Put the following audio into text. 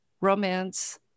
romance